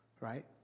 Right